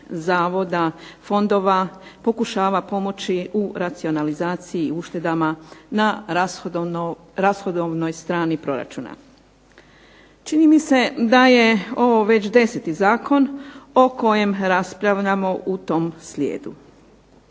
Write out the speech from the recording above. zavoda, fondova pokušava pomoći u racionalizaciji i uštedama na rashodovnoj strani proračuna. Čini mi se da je ovo već deseti zakon o kojem raspravljamo u tom slijedu.